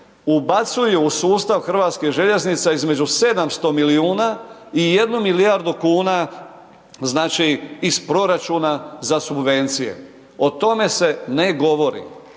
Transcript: ubacuju u sustav HŽ između 700 milijuna i 1 milijardi kuna znači iz proračuna za subvencije. O tome se ne govori.